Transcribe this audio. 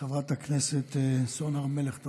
חברת הכנסת סון הר מלך,